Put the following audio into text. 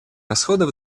расходов